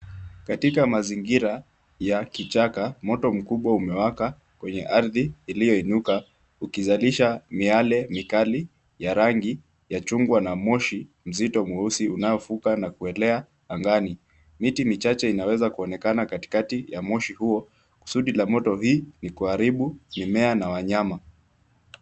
Katika mazingira ya kichaka, moto mkubwa umewaka kwenye ardhi iliyoinuka ukizalisha miale mikali ya rangi ya chungwa na moshi mzito mweusi unaovuka na kuelea angani, miti michache inaweza kuonekana katikati ya moshi huo, kusudi la moto hii ni kuharibu mimea na wanyama.